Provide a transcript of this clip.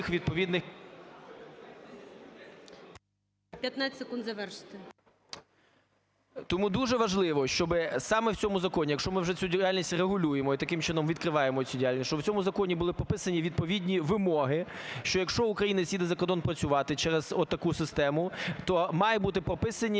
15 секунд завершити. ЛЕВЧЕНКО Ю.В. Тому дуже важливо, щоб саме в цьому законі, якщо ми вже цю діяльність регулюємо і, таким чином, відкриваємо цю діяльність, що в цьому законі були прописані відповідні вимоги, що, якщо українець їде за кордон працювати через отаку систему, то має бути прописані